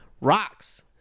rocks